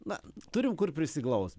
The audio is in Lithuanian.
na turim kur prisiglaust